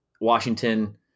Washington